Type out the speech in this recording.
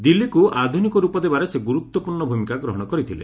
ଦିଲ୍ଲୀକୁ ଆଧୁନିକ ରୂପ ଦେବାରେ ସେ ଗୁରୁତ୍ୱପୂର୍ଣ୍ଣ ଭୂମିକା ଗ୍ରହଣ କରିଥିଲେ